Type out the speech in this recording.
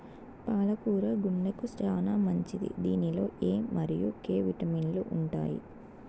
పాల కూర గుండెకు చానా మంచిది దీనిలో ఎ మరియు కే విటమిన్లు ఉంటాయి